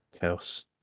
Chaos